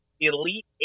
Elite